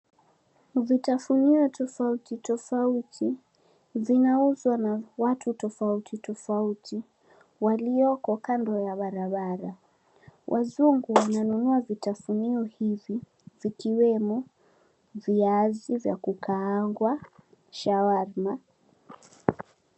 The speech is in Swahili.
Vitafunio tofauti tofauti vinauzwa na watu tofauti tofauti waliyoko kando ya barabara, wazungu wananunua vitafunio hivi vikiwemo; viazi vya kukaangwa, shawarma.